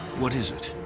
what is it?